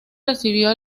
recibió